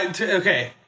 okay